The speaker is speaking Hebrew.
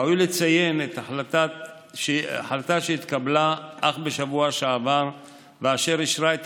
ראוי לציין החלטה שהתקבלה אך בשבוע שעבר ואישרה את